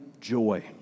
joy